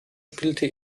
spielte